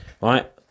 right